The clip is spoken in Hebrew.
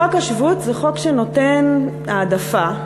חוק השבות זה חוק שנותן העדפה,